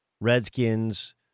Redskins